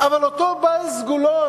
אבל אותו בעל סגולות,